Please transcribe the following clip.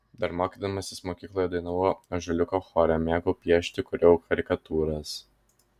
dar mokydamasis mokykloje dainavau ąžuoliuko chore mėgau piešti kūriau karikatūras